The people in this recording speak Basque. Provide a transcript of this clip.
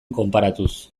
konparatuz